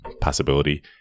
possibility